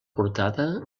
portada